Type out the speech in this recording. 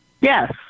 Yes